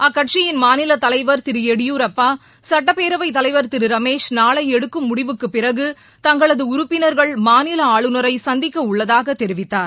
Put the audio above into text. அக்கட்சியின் மாநில தலைவர் திரு எடியூரப்பா சுட்டபேரவை தலைவர் திரு ரமேஷ் நாளை எடுக்கும் முடிவுக்கு பிறகு தங்களது உறுப்பினர்கள் மாநில ஆளுநரை சந்திக்கவுள்ளதாகவும் தெரவித்தார்